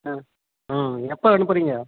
ஆ ஆ எப்போ அனுப்புகிறீங்க